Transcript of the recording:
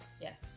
yes